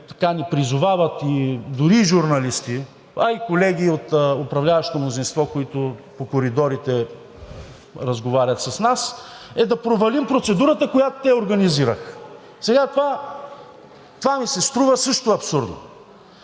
който ни призовават дори и журналисти, а и колеги от управляващото мнозинство, които по коридорите разговарят с нас, е да провалим процедурата, която те организираха. Това ми се струва също абсурдно